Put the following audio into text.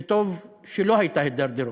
וטוב שלא הייתה הידרדרות.